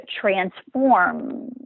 transform